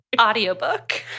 audiobook